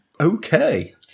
Okay